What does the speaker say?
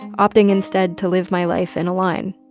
opting instead to live my life in a line.